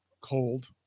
cold